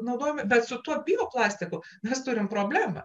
naudojami bet su tuo bioplastiku mes turim problemą